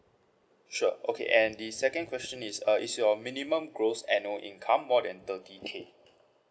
sure okay and the second question is uh is your minimum gross annual income more than thirty K